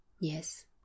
Yes